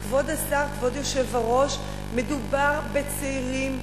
כבוד השר, כבוד היושב-ראש, מדובר בצעירים,